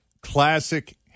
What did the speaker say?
classic